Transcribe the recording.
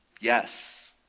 yes